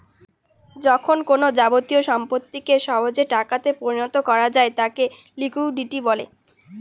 যখন কোনো যাবতীয় সম্পত্তিকে সহজে টাকাতে পরিণত করা যায় তাকে লিকুইডিটি বলে